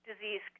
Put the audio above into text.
disease